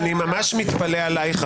אני ממש מתפלא עלייך,